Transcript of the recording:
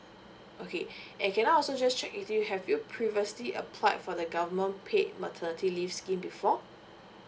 okay and can I also just check with you have you previously applied for the government paid maternity leave scheme before